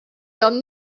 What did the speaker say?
done